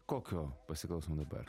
kokio pasiklausom dabar